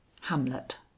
hamlet